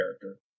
character